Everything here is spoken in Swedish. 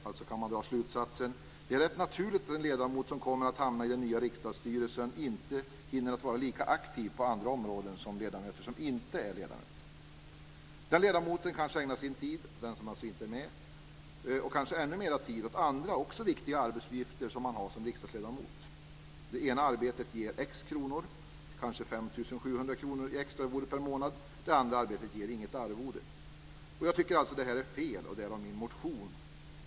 Alltså kan man dra slutsatsen att det är rätt naturligt att en ledamot som kommer att hamna i den nya riksdagsstyrelsen inte hinner att vara lika aktiv på andra områden som ledamöter som inte är med. Den ledamot som inte är med kanske ägnar sin tid - och kanske ännu mer tid - åt andra också viktiga arbetsuppgifter som man har som riksdagsledamot. Det ena arbetet ger x kronor, kanske 5 700 kr i extra arvode per månad. Det andra arbetet ger inget arvode. Jag tycker att det här är fel, och därav min motion.